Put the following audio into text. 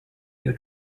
you